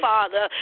Father